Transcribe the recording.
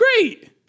great